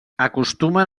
acostumen